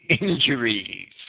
injuries